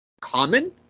common